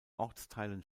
ortsteilen